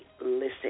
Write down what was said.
listen